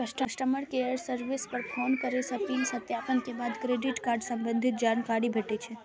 customer care service पर phone करै सं पिन सत्यापन के बाद क्रेडिट कार्ड संबंधी जानकारी भेटै छै